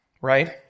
right